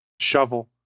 Shovel